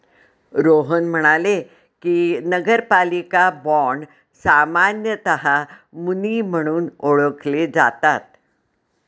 रोहन म्हणाले की, नगरपालिका बाँड सामान्यतः मुनी म्हणून ओळखले जातात